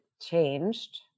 changed